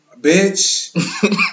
Bitch